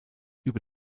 über